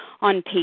on